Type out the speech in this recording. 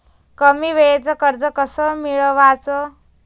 कमी वेळचं कर्ज कस मिळवाचं?